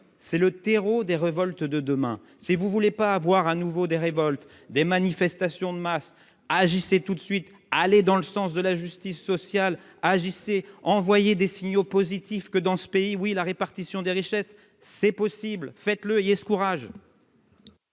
c'est le terreau des révoltes de demain, si vous voulez pas avoir à nouveau des révoltes, des manifestations de masse ah agissait tout de suite aller dans le sens de la justice sociale, JC, envoyer des signaux positifs que dans ce pays, oui, la répartition des richesses, c'est possible, faites-le, ayez ce courage.